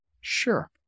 Sure